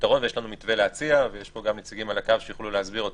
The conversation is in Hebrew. פתרון ומתווה להציע ונציגים על הקו שיוכלו להסביר אותם.